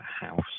house